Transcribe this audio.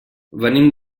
venim